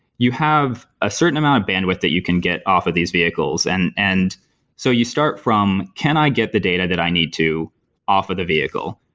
you have a certain amount of bandwidth that you can get off of these vehicles. and and so you start from, can i get the data that i need to off of the vehicle?